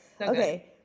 Okay